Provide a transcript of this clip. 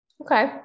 Okay